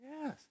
Yes